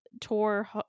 tour